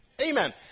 Amen